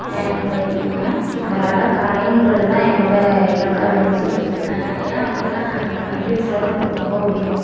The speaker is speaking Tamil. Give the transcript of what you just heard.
நம்ப இதில் போனேன் அந்த லடாக்கை அடையணுன்றது தான் என்னோடய இலாக்காக இருந்துச்சு ஏன் அப்படின்னால் இந்த அஜீத் சார்னா எனக்கு ரொம்ப பிடிக்கும்